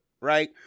right